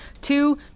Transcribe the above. Two